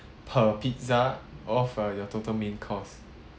per pizza of uh your total main cost